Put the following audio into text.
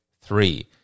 three